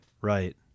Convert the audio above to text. Right